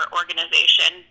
organization